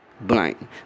Blank